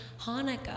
Hanukkah